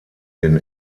den